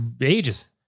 ages